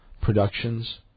Productions